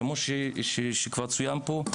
כמו שכבר צוין פה,